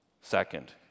Second